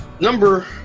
number